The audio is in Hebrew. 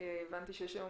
הבנתי שיש כבר